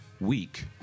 week